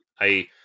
I